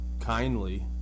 Kindly